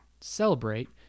celebrate